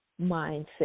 mindset